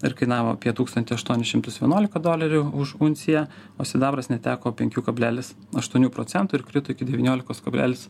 ir kainavo apie tūkstantį aštuonis šimtus vienuolika dolerių už unciją o sidabras neteko penkių kablelis aštuonių procentų ir krito iki devyniolikos kablelis